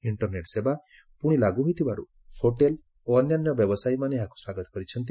internet ସେବା ପୁଣି ଲାଗୁ ହୋଇଥିବାରୁ ହୋଟେଲ ଓ ଅନ୍ୟାନ୍ୟ ବ୍ୟବସାୟୀମାନେ ଏହାକୁ ସ୍ୱାଗତ କରିଛନ୍ତି